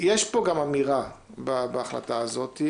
אני חושב שיש פה גם אמירה בהחלטה הזאת,